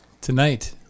Tonight